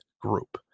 group